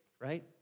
right